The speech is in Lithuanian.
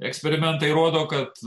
eksperimentai rodo kad